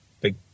big